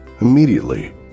Immediately